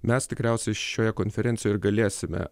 mes tikriausia šioje konferencijoje ir galėsime